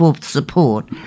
support